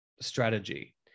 strategy